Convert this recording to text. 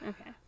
okay